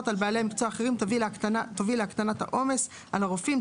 על בעלי מקצוע אחרים תוביל להקטנת העומס על הרופאים,